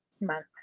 month